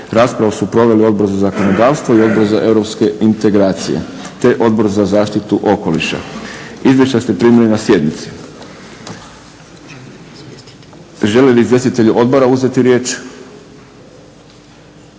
Raspravu su proveli Odbor za zakonodavstvo i Odbor za europske integracije te Odbor za zaštitu okoliša. Izvješća ste primili na sjednici. Žele li izvjestitelji odbora uzeti riječ?